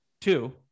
two